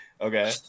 okay